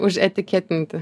už etiketinti